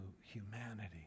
humanity